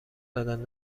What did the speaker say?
دادن